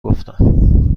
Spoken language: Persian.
گفتم